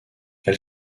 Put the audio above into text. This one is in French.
elle